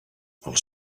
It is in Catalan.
els